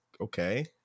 Okay